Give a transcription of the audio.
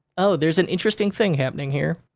oh, there's an interesting thing happening here.